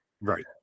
Right